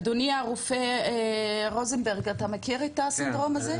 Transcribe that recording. אדוני הרופא רוזנברג, אתה מכיר את הסינדרום הזה?